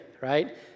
right